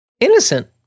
Innocent